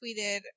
tweeted